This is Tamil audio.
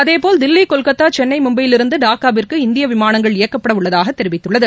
அதேபோல் தில்வி கொல்கத்தா சென்னை மும்பையிலிருந்து டாக்காவிற்கு இந்திய விமானங்கள் இயக்கப்படவுள்ளதாக தெரிவித்துள்ளது